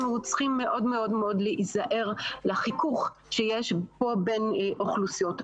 צריכים מאוד מאוד להיזהר מהחיכוך שיש פה בין אוכלוסיות.